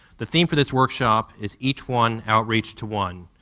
the theme for this workshop is each one outreach to one,